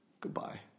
Goodbye